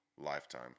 Lifetime